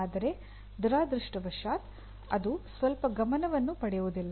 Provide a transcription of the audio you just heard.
ಆದರೆ ದುರದೃಷ್ಟವಶಾತ್ ಅದು ಸ್ವಲ್ಪ ಗಮನವನ್ನೂ ಪಡೆಯುವುದಿಲ್ಲ